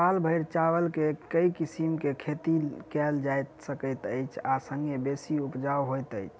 साल भैर चावल केँ के किसिम केँ खेती कैल जाय सकैत अछि आ संगे बेसी उपजाउ होइत अछि?